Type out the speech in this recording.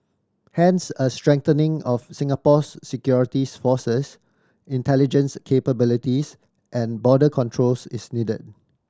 hence a strengthening of Singapore's securities forces intelligence capabilities and border controls is needed